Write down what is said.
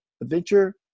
adventure